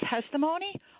testimony